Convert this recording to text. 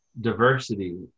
diversity